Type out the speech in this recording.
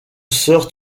sœur